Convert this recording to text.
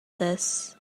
this